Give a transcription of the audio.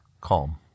Calm